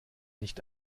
nicht